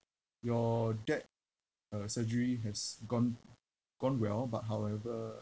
your dad uh surgery has gone gone well but however